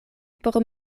por